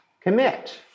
commit